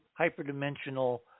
hyperdimensional